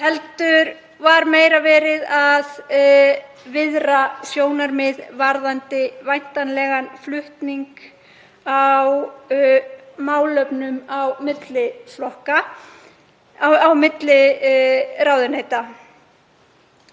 heldur var meira verið að viðra sjónarmið varðandi væntanlegan flutning á málefnum á milli ráðuneyta.